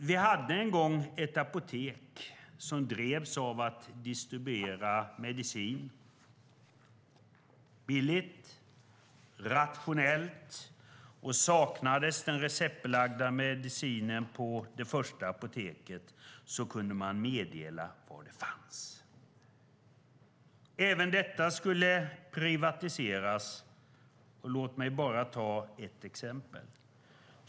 Vi hade en gång ett apotek där man drevs av att distribuera medicin billigt och rationellt. Om den receptbelagda medicinen saknades på det första apoteket kunde de meddela var den fanns. Även detta skulle privatiseras. Låt mig ta ett exempel.